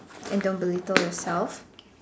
and don't believe told yourself